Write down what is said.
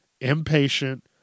impatient